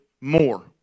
More